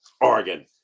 Oregon